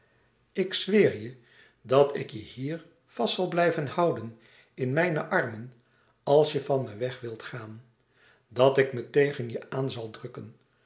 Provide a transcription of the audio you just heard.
ik zweer je dat ik je hier vast zal blijven houden in mijne armen als je van me weg wilt gaan dat ik me tegen je aan zal drukken